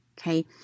okay